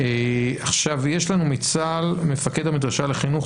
יש לנו מצה"ל מפקד המדרשה לחינוך,